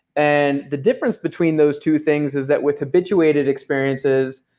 and the difference between those two things is that with habituated experiences,